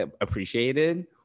appreciated